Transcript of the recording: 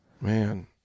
Man